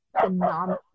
phenomenal